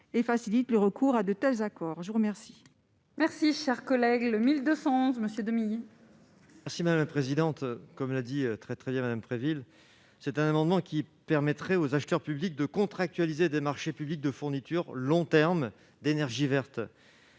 et facilite le recours à de tels accords, je vous remercie. Merci, cher collègue, le 1200 ce monsieur 2. Merci madame la présidente, comme l'a dit très très bien Madame Préville c'est un amendement qui permettrait aux acheteurs publics de contractualiser des marchés publics de fournitures long terme d'énergie verte